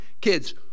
Kids